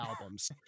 albums